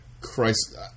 Christ